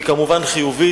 היא כמובן חיובית.